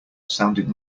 sounded